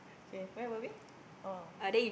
okay where were we oh